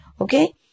Okay